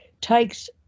takes